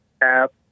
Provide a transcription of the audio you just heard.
app